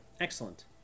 Excellent